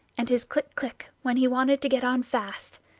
and his click, click, when he wanted to get on fast,